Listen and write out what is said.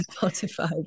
spotify